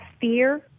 fear